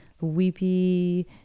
weepy